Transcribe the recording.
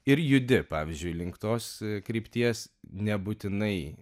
ir judi pavyzdžiui link tos krypties nebūtinai